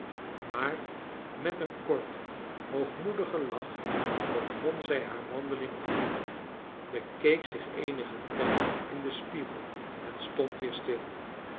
maar met een korten hoogmoedigen lach begon zij haar wandeling opnieuw bekeek zich eenigen tijd in den spiegel en stond weer stil